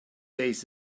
days